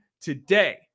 today